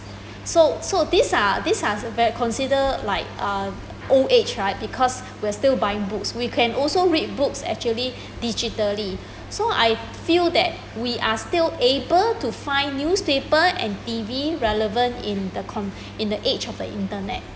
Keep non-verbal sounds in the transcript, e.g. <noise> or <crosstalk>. so so these are these are ver~ considered like uh old age right because <breath> we are still buying books we can also read books actually <breath> digitally <breath> so I feel that we are still able to find newspaper and T_V relevant in the con~ in the age of the internet